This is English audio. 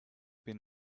been